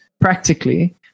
practically